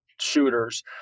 shooters